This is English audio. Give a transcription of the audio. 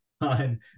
on